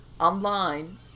online